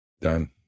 Done